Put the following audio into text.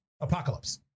Apocalypse